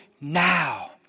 now